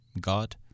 God